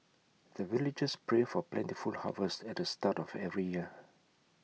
the villagers pray for plentiful harvest at the start of every year